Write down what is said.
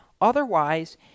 Otherwise